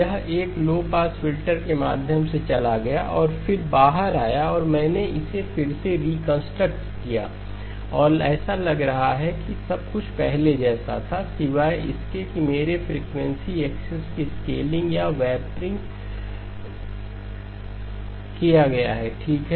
यह एक low pass filter के माध्यम से चला गया और फिर बाहर आया और मैंने इसे फिर से रिकंस्ट्रक्ट किया और ऐसा लग रहा है कि सब कुछ पहले जैसा था सिवाय इसके कि मेरे फ्रीक्वेंसी एक्सेस के स्केलिंग या व्रैप्पिंग किया गया है ठीक है